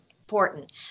important